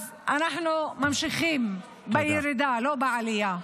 אז אנחנו ממשיכים בירידה, לא בעלייה.